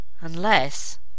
Unless—